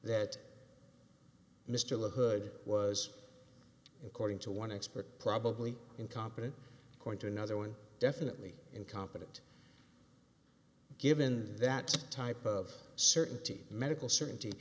that mr hood was according to one expert probably incompetent going to another one definitely incompetent given that type of certainty medical certainty